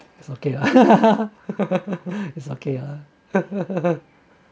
it's okay ah it's okay ah